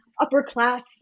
upper-class